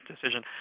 decision